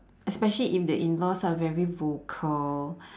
especially if the in laws are very vocal